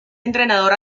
entrenador